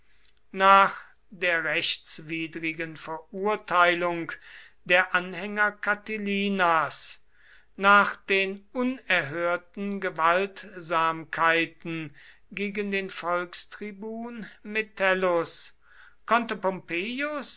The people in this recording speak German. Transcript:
nach der rechtswidrigen verurteilung der anhänger catilinas nach den unerhörten gewaltsamkeiten gegen den volkstribun metellus konnte pompeius